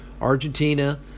Argentina